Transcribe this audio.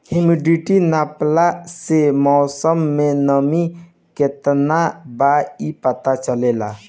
humidity नापला से मौसम में नमी केतना बा इ पता चलेला